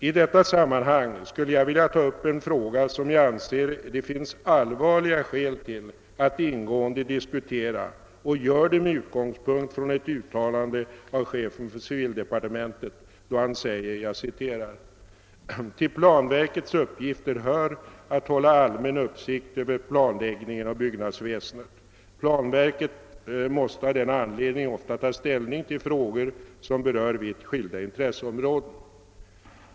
I detta sammanhang skulle jag vilja ta upp en fråga, som jag anser det finnas allvarliga skäl till att ingående diskutera, och gör det med utgångspunkt från ett uttalande av chefen för civildepartementet, då han säger: >Till planverkets uppgifter hör att hålla allmän uppsikt över planläggningen och byggnadsväsendet. Planverket måste av denna anledning ofta ta ställning till frågor som berör vitt skilda intresseområden.